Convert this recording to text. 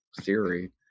theory